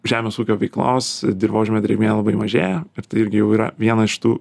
žemės ūkio veiklos dirvožemio drėgmė labai mažėja ir tai irgi jau yra viena iš tų